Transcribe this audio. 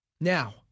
Now